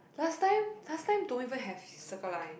last time last time don't even have Circle Line